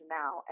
now